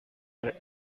her